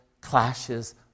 clashes